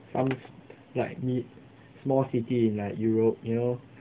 some likely small city like europe you know